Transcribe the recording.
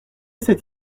cet